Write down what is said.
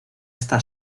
está